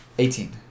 Eighteen